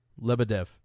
Lebedev